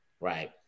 right